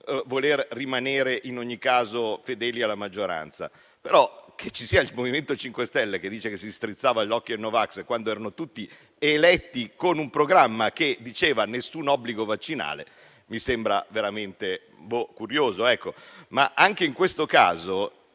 voler rimanere in ogni caso fedeli alla maggioranza. Che sia però il MoVimento 5 Stelle a dirci che strizzavano l'occhio ai no vax, quando erano tutti eletti con un programma che diceva «nessun obbligo vaccinale», mi sembra veramente curioso. Anche in questo caso